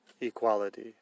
equality